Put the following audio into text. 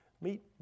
meet